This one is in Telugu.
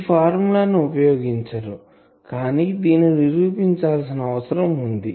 ఈ ఫార్ములా ని ఉపయోగించారు కానీ దీనిని నిరూపించవలసిన అవసరం వుంది